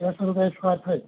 छः सौ रुपये इस्क्वायर फिट